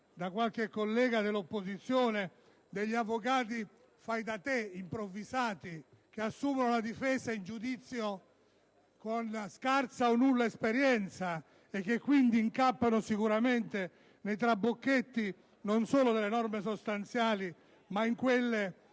da qualche collega dell'opposizione degli «avvocati fai da te», improvvisati, che assumono una difesa in giudizio con scarsa o nulla esperienza e che quindi incappano sicuramente nei trabocchetti non solo delle norme sostanziali ma in quelle